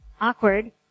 Awkward